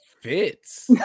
fits